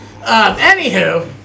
Anywho